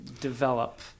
develop